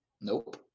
Nope